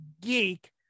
geek